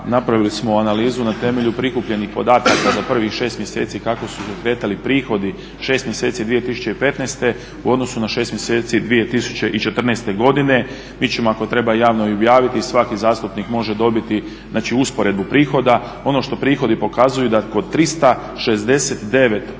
napravili smo analizu na temelju prikupljenih podataka za prvih 6 mjeseci kako su se kretali prihodi, 6 mjeseci 2015. u odnosu na 6 mjeseci 2014. godine. Mi ćemo ako treba i javno objaviti i svaki zastupnik može dobiti znači usporedbu prihoda. Ono što prihodi pokazuju da kod 369 općina